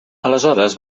aleshores